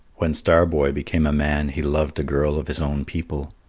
when star-boy became a man he loved a girl of his own people.